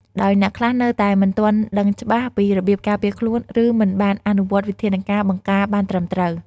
ដោយអ្នកខ្លះនៅតែមិនទាន់ដឹងច្បាស់ពីរបៀបការពារខ្លួន ឬមិនបានអនុវត្តវិធានការបង្ការបានត្រឹមត្រូវ។